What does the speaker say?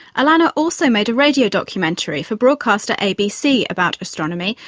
alana also made a radio documentary for broadcaster abc about astronomy,